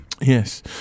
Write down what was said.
Yes